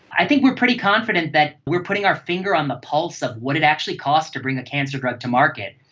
i think we are pretty confident that we are putting our finger on the pulse of what it actually costs to bring a cancer drug to market.